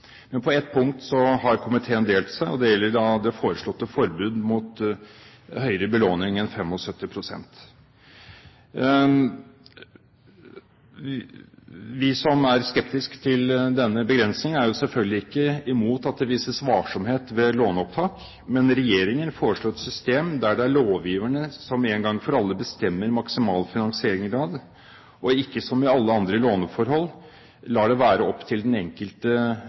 men regjeringen foreslår et system der det er lovgiverne som en gang for alle bestemmer maksimal finansieringsgrad, og ikke – som i alle andre låneforhold – lar det være opp til den enkelte